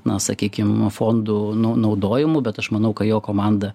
na sakykim fondų nau naudojimu bet aš manau kad jo komanda